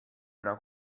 una